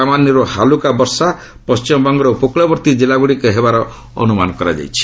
ସାମାନ୍ୟରୁ ହାଲୁକା ବର୍ଷା ପଶ୍ଚିମବଙ୍ଗର ଉପକୂଳବର୍ତ୍ତୀ ଜିଲ୍ଲାଗୁଡ଼ିକରେ ହେବାର ଅନୁମାନ କରାଯାଇଛି